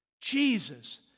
Jesus